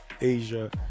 asia